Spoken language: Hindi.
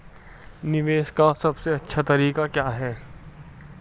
निवेश का सबसे अच्छा तरीका क्या है?